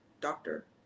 doctor